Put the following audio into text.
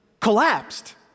collapsed